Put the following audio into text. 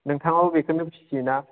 नोंथाङाआबो बेखौनो फिसियोना